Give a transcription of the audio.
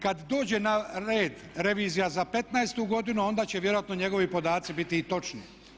Kada dođe na red revizija za 15.-tu godinu onda će vjerovatno njegovi podaci biti i točni.